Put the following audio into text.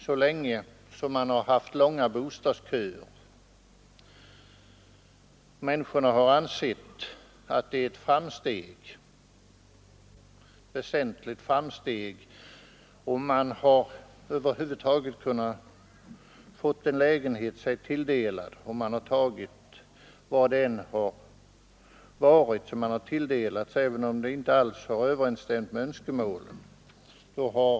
Så länge man har haft långa bostadsköer har människorna ansett det som ett väsentligt framsteg att de över huvud taget kunnat få en lägenhet sig tilldelad, även om den inte är alls överensstämt med önskemålen.